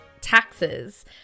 taxes